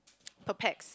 per pax